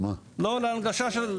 לא, להנגשה.